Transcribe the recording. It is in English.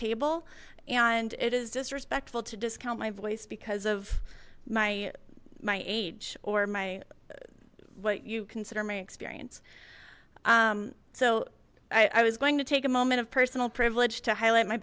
table and it is disrespectful to discount my voice because of my my age or my what you consider my experience so i was going to take a moment of personal privilege to highlight my